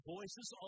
Voices